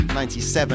97